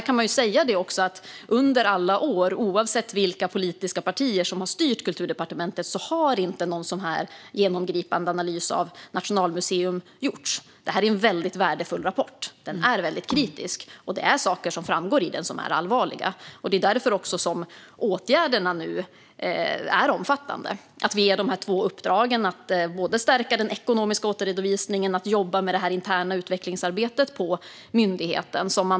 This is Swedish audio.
Det ska också sägas att under alla år, oavsett vilka politiska partier som har styrt Kulturdepartementet, har ingen sådan genomgripande analys av Nationalmuseum gjorts. Det är en väldigt värdefull rapport. Den är väldigt kritisk, och det framgår saker som är allvarliga. Det är också därför åtgärderna är omfattande. Vi ger de här två uppdragen: att stärka den ekonomiska återredovisningen och att jobba med det interna utvecklingsarbetet på myndigheten.